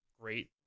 great